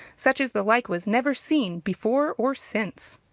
such as the like was never seen before or since.